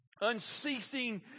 unceasing